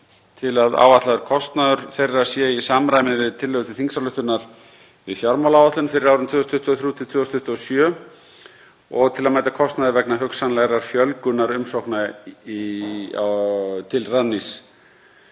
til að áætlaður kostnaður þeirra sé í samræmi við tillögu til þingsályktunar um fjármálaáætlun fyrir árin 2023–2027 og til að mæta kostnaði vegna hugsanlegrar fjölgunar umsókna til Rannís.